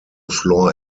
floor